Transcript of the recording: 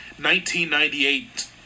1998